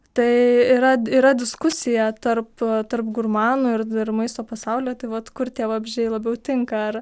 tai yra yra diskusija tarp tarp gurmanų ir ir maisto pasaulyje tai vat kur tie vabzdžiai labiau tinka ar